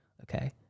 Okay